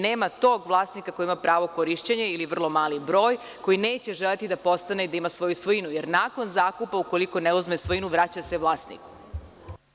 Nema tog vlasnika koji ima pravo korišćenja ili vrlo mali broj koji neće želeti da postane i da ima svoju svojinu, jer nakon zakupa ukoliko ne uzme svojinu vraća se vlasniku.